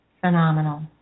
phenomenal